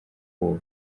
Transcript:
uwo